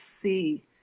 see